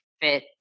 fit